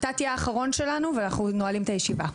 אתה תהיה האחרון שלנו ואנחנו נועלים את הישיבה.